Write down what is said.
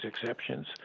exceptions